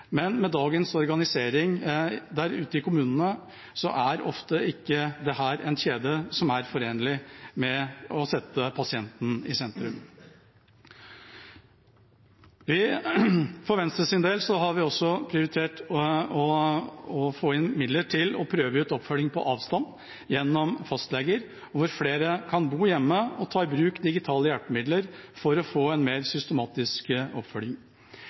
men med dagens organisering ute i kommunene er det ofte ikke en kjede som er forenelig med å sette pasienten i sentrum. For Venstres del har vi også prioritert å få inn midler til å prøve ut oppfølging på avstand gjennom fastleger, hvor flere kan bo hjemme og ta i bruk digitale hjelpemidler for å få en mer systematisk oppfølging.